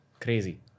Crazy